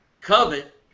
Covet